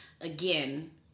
Again